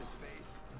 face